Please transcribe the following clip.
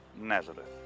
Nazareth